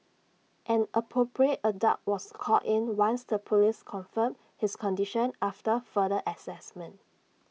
an appropriate adult was called in once the Police confirmed his condition after further Assessment